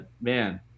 man